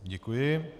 Děkuji.